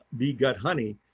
bee gut honey.